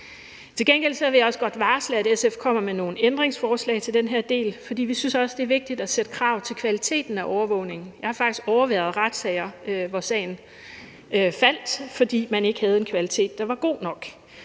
Til gengæld vil jeg også godt varsle, at SF kommer med nogle ændringsforslag til den her del, for vi synes også, det er vigtigt at stille krav til kvaliteten af overvågningen. Jeg har faktisk overværet retssager, hvor sagen faldt, fordi man ikke havde en kvalitet, der var god nok.